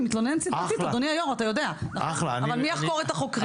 מי יחקור את החוקרים?